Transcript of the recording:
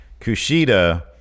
kushida